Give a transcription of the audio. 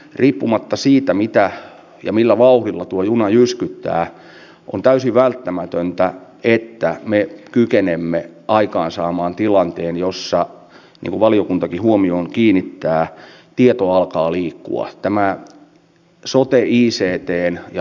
riippumatta siitä mitä ne millä vauhdilla tuo juna hanketta on täysin välttämätöntä että me kykenemme aikaansaamaan edistetty jo vuosien ajan mutta valitettavasti suomen valtio on suhtautunut hankkeeseen ja